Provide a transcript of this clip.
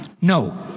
no